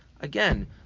Again